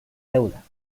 deuda